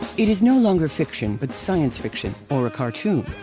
it is no longer fiction but science fiction, or a cartoon,